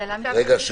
נועה,